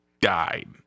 died